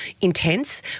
intense